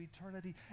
eternity